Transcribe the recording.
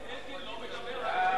אלקין לא מדבר?